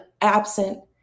absent